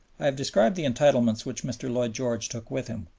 i have described the entanglements which mr. lloyd george took with him.